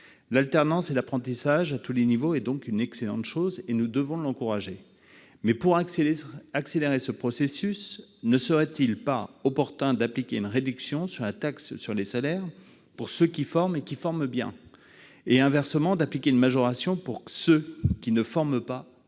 L'alternance et l'apprentissage à tous les niveaux sont donc d'excellentes choses que nous devons encourager. Pour accélérer ce processus, ne serait-il pas opportun d'appliquer une réduction sur la taxe sur les salaires pour ceux qui forment et qui forment bien, et, inversement, d'appliquer une majoration pour ceux qui ne forment pas